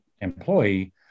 employee